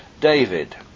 David